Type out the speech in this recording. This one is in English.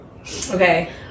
Okay